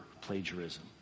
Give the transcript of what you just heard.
plagiarism